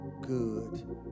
good